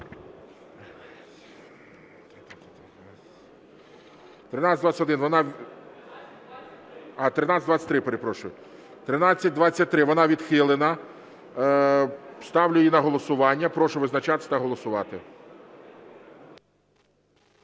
1323. Вона відхилена. Ставлю її на голосування. Прошу визначатись та голосувати.